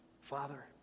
Father